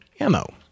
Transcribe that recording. ammo